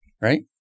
right